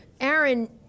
Aaron